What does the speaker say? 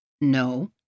No